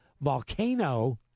volcano